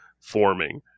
forming